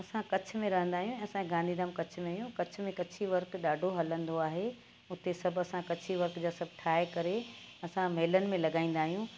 असां कच्छ में रहंदा आहियूं असांजे गांधी धाम कच्छ में आहियूं कच्छ में कच्छी वर्क ॾाढो हलंदो आहे उते सभु असां कच्छी वर्क जा सभु ठाहे करे असां मेलनि में लॻाईंदा आहियूं